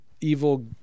evil